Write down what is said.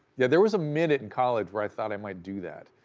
yeah, there was a minute in college where i thought i might do that.